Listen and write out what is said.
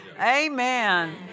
Amen